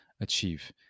achieve